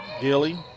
Gilly